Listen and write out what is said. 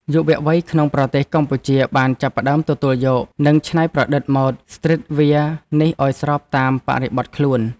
យុវវ័យក្នុងប្រទេសកម្ពុជាបានចាប់ផ្តើមទទួលយក និងច្នៃប្រឌិតម៉ូដស្ទ្រីតវែរនេះឱ្យស្របតាមបរិបទខ្លួន។